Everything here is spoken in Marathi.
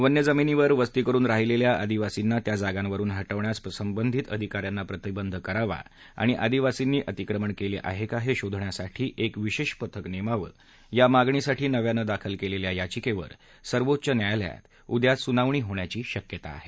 वन्य जमिनीवर वस्ती करुन राहिलेल्या आदिवासींना त्या जागांवरुन हटवण्यास संबंधित आधिका यांना प्रतिबंध करावा आणि अदिवासींनी अतिक्रमण केले आहे का हे शोधण्यासाठी एक विशेष पथक नेमावेया मागणीसाठी नव्यानं दाखल केलेल्या याचिकेवर सर्वोच्च न्यायालयात उद्या सुनावणी घेण्याची शक्यता आहे